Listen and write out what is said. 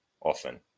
often